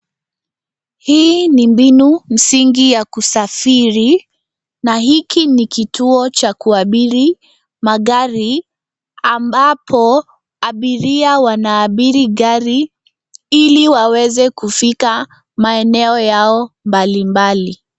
Hii ni mbinu msingi ya kusafiri, na hiki ni kituo cha kuabiri magari, ambapo abiria wanaabiri gari ili waweze kufika maeneo yao mbalimbali.